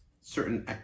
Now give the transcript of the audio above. certain